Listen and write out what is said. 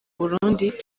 burundi